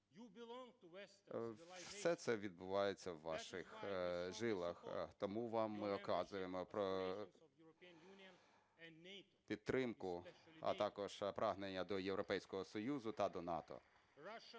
все це відбувається у ваших жилах, тому вам і оказываем підтримку, а також прагнення до Європейського Союзу та до НАТО.